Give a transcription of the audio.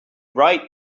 write